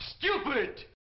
stupid